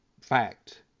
fact